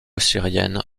syrienne